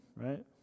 Right